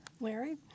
Larry